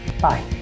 Bye